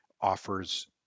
offers